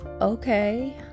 Okay